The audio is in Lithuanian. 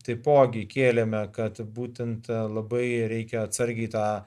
taipogi kėlėme kad būtent labai reikia atsargiai tą